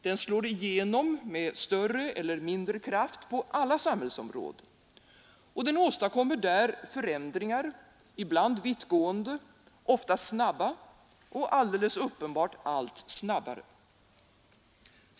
Den slår igenom, med större eller mindre kraft, på alla samhällsområden, och den åstadkommer där förändringar, ibland vittgående, ofta snabba och, alldeles uppenbart, allt snabbare.